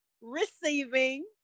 receiving